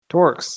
Torx